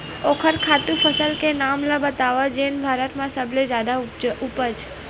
ओखर खातु फसल के नाम ला बतावव जेन भारत मा सबले जादा उपज?